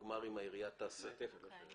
העירייה תישא ברמת הגמר,